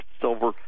silver